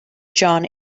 john